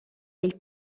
del